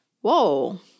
Whoa